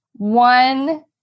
One